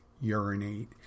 urinate